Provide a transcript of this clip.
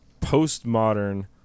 postmodern